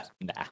nah